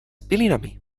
pilinami